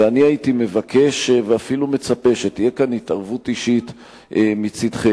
ואני הייתי מבקש ואפילו מצפה שתהיה כאן התערבות אישית מצדכם,